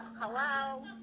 Hello